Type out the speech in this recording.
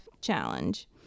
challenge